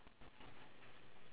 weird